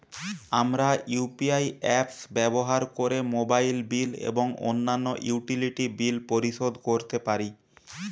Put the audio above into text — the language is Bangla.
আমরা ইউ.পি.আই অ্যাপস ব্যবহার করে মোবাইল বিল এবং অন্যান্য ইউটিলিটি বিল পরিশোধ করতে পারি